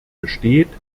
besteht